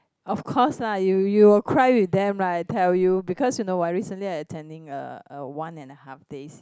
of course lah you you will cry with them right I tell you because you know why recently I attending a a one and a half days